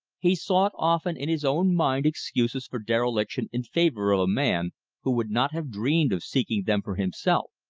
he sought often in his own mind excuses for dereliction in favor of a man who would not have dreamed of seeking them for himself.